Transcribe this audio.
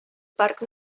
parc